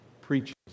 preaches